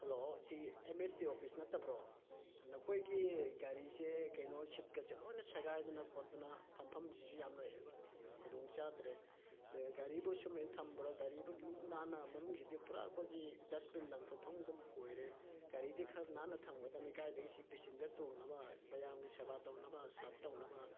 hello ꯁꯤ M S D office ꯅꯠꯇꯕ꯭ꯔꯣ ꯅꯈꯣꯏꯒꯤ ꯒꯥꯔꯤꯁꯦ ꯀꯩꯅꯣ ꯁꯤꯠ ꯀꯥꯁꯦ ꯂꯣꯏꯅ ꯁꯦꯒꯥꯏꯗꯅ ꯈꯣꯠꯇꯅ ꯐꯝꯐꯝꯁꯤꯁꯨ ꯌꯥꯝꯅ ꯈꯨꯗꯣꯡꯆꯥꯗ꯭ꯔꯦ ꯒꯥꯔꯤꯕꯨ ꯁꯨꯝꯍꯥꯏꯅ ꯊꯝꯕ꯭ꯔꯣ ꯒꯥꯔꯤꯕꯨ ꯂꯨ ꯅꯥꯟꯅ ꯃꯅꯨꯡꯁꯤꯗꯤ ꯄꯨꯔꯥ ꯑꯩꯈꯣꯏꯒꯤ ꯗꯁꯕꯤꯟ ꯂꯪꯊꯣꯛꯐꯝꯒꯨꯝ ꯑꯣꯏꯔꯦ ꯒꯥꯔꯤꯗꯤ ꯈꯔ ꯅꯥꯟꯅ ꯊꯝꯒꯗꯝꯅꯤ ꯀꯥꯏꯗꯒꯤ ꯁꯤ ꯄꯦꯁꯦꯟꯖꯔ ꯇꯣꯡꯅꯕ ꯃꯌꯥꯝꯒꯤ ꯁꯦꯕꯥ ꯇꯧꯅꯕ ꯁꯥꯔꯞ ꯇꯧꯅꯕ